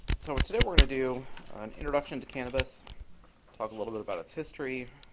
so today we're going to do an introduction to cannabis, talk a little bit about it's history.